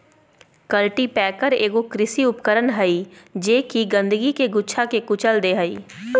cultipacker एगो कृषि उपकरण हइ जे कि गंदगी के गुच्छा के कुचल दे हइ